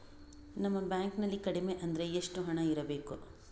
ನಮ್ಮ ಬ್ಯಾಂಕ್ ನಲ್ಲಿ ಕಡಿಮೆ ಅಂದ್ರೆ ಎಷ್ಟು ಹಣ ಇಡಬೇಕು?